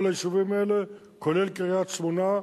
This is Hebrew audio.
כל היישובים האלה, כולל קריית-שמונה.